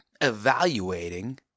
evaluating